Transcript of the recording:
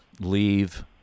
leave